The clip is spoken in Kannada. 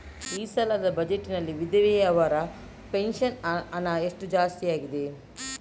ಈ ಸಲದ ಬಜೆಟ್ ನಲ್ಲಿ ವಿಧವೆರ ಪೆನ್ಷನ್ ಹಣ ಎಷ್ಟು ಜಾಸ್ತಿ ಆಗಿದೆ?